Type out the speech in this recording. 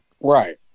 Right